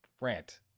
Rant